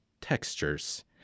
textures